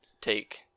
take